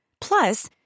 Plus